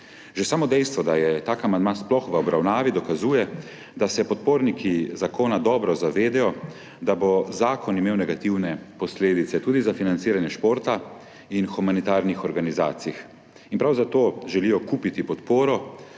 Že samo dejstvo, da je tak amandma sploh v obravnavi, dokazuje, da se podporniki zakona dobro zavedajo, da bo zakon imel negativne posledice tudi za financiranje športa in humanitarnih organizacij; in prav zato želijo kupiti podporo